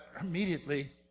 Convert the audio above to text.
immediately